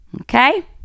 okay